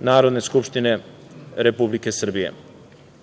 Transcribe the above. Narodne skupštine Republike Srbije. Želim